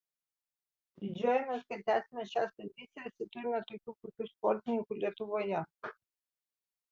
didžiuojamės kad tęsiame šias tradicijas ir turime tokių puikių sportininkų lietuvoje